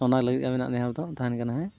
ᱚᱱᱟ ᱞᱟᱹᱜᱤᱫ ᱟᱹᱵᱤᱱᱟᱜ ᱱᱮᱦᱚᱨ ᱫᱚ ᱛᱟᱦᱮᱱ ᱠᱟᱱᱟ ᱦᱮᱸ